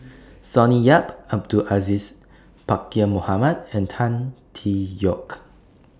Sonny Yap Abdul Aziz Pakkeer Mohamed and Tan Tee Yoke